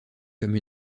comme